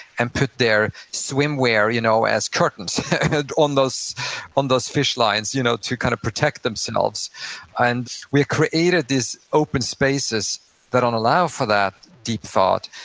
and put their swimwear you know as curtains on those on those fish lines you know to kind of protect themselves and we created these open spaces that don't allow for that deep thought,